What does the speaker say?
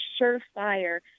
surefire